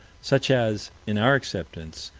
such as, in our acceptance,